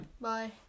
Bye